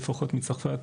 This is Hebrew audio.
לפחות מצרפת.